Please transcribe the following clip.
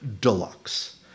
deluxe